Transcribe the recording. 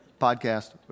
Podcast